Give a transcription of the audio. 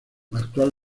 actual